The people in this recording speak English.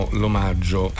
l'omaggio